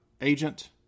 agent